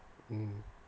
mm